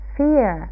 fear